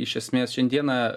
iš esmės šiandieną